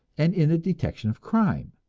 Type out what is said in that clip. and in the detection of crime.